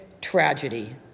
tragedy